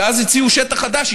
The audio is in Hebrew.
ואז הציעו שטח חדש,